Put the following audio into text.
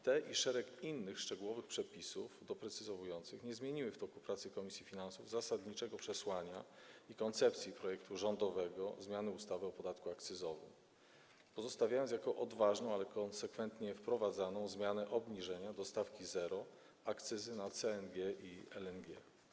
Te i szereg innych szczegółowych przepisów doprecyzowujących nie zmieniły w toku pracy komisji finansów zasadniczego przesłania i koncepcji rządowego projektu ustawy o zmianie ustawy o podatku akcyzowym, pozostawiając jako odważną, ale konsekwentnie wprowadzaną zmianę obniżenie do stawki zero akcyzy na CNG i LNG.